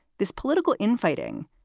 this political infighting,